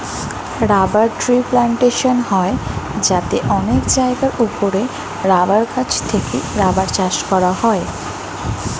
rubber tree plantation হয় যাতে অনেক জায়গার উপরে রাবার গাছ থেকে রাবার চাষ করা হয়